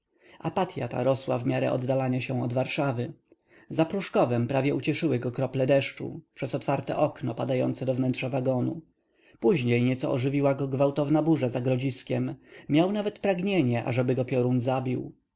apatya ta rosła w miarę oddalania się od warszawy za pruszkowem prawie ucieszyły go krople deszczu przez otwarte okno padające do wnętrza wagonu później nieco ożywiła go gwałtowna burza za grodziskiem miał nawet pragnienie ażeby go piorun zabił